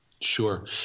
Sure